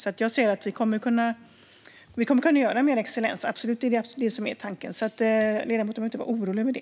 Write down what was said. Jag ser därför att vi kommer att kunna satsa på mer excellens. Det är absolut det som är tanken. Ledamoten behöver alltså inte vara orolig över det.